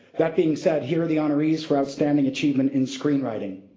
that being said, here are the honorees for outstanding achievement in screenwriting.